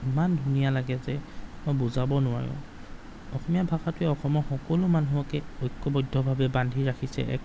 ইমান ধুনীয়া লাগে যে মই বুজাব নোৱাৰোঁ অসমীয়া ভাষাটোৱে অসমৰ সকলো মানুহকে ঐক্যবদ্ধভাৱে বান্ধি ৰাখিছে এক